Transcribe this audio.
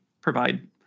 provide